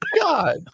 God